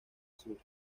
sur